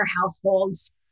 households